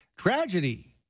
Tragedy